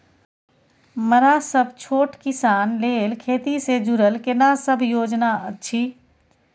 मरा सब छोट किसान लेल खेती से जुरल केना सब योजना अछि?